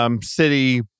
city